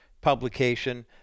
publication